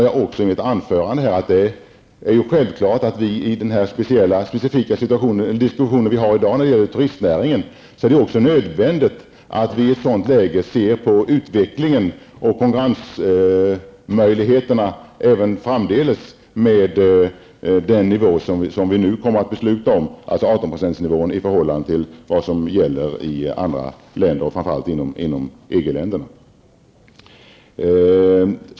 Jag sade i mitt huvudanförande att det är nödvändigt att vi i denna specifika diskussion om turistnäringen ser på utvecklingen och konkurrensmöjligheterna även framdeles med tanke på den nivå som vi nu kommer att fatta beslut om, alltså 18 %, i förhållande till vad som gäller i andra länder, framför allt EG-länderna.